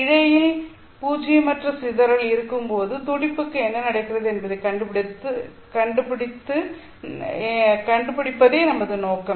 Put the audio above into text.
இழையில் பூஜ்ஜியமற்ற சிதறல் இருக்கும்போது துடிப்புக்கு என்ன நடக்கிறது என்பதைக் கண்டுபிடிப்பது என்பதே நமது நோக்கம்